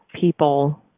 people